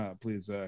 please